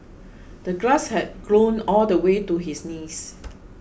the grass had grown all the way to his knees